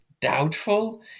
doubtful